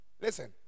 Listen